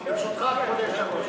ברשותך, כבוד היושב-ראש.